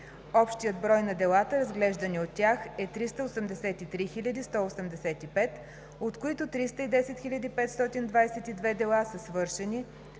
Общият брой на делата, разглеждани от тях, е 383 185, от които 310 522 дела са свършени,